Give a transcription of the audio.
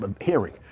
hearing